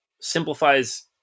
simplifies